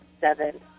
seven